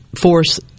force